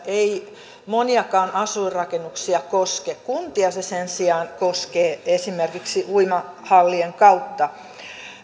ei käytännössä moniakaan asuinrakennuksia koske kuntia se sen sijaan koskee esimerkiksi uimahallien kautta